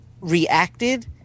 Reacted